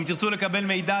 אם תרצו לקבל מידע,